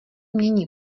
mění